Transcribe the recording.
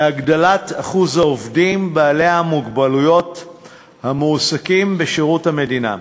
להגדלת אחוז העובדים בעלי המוגבלויות המועסקים בשירות המדינה.